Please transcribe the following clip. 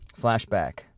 Flashback